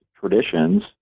traditions